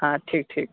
हाँ ठीक ठीक